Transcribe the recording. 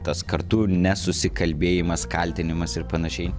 tas kartų nesusikalbėjimas kaltinimas ir panašiai